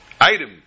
item